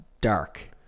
dark